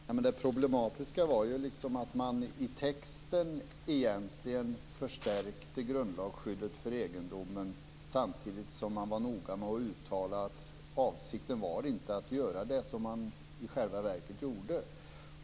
Fru talman! Det problematiska var ju att man i texten egentligen förstärkte grundlagsskyddet för egendom samtidigt som man var noga med att uttala att avsikten inte var att göra det som man i själva verket gjorde.